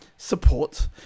support